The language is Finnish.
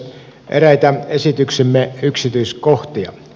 eräitä esityksemme yksityiskohtia